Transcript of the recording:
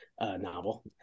novel